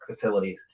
facilities